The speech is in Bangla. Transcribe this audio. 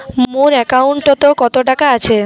মোর একাউন্টত কত টাকা আছে?